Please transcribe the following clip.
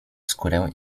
skórę